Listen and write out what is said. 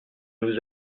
nous